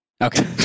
Okay